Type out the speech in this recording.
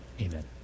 Amen